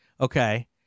okay